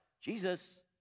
Jesus